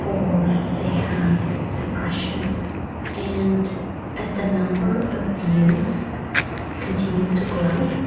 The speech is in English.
or they have depression and as the number of views continues to grow,